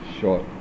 short